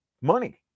money